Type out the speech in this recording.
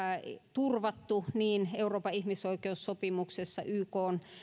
turvattu niin euroopan ihmisoikeussopimuksessa ykn